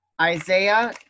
Isaiah